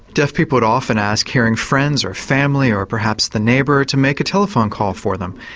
deaf people would often ask hearing friends or family or perhaps the neighbour to make a telephone call for them.